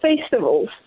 festivals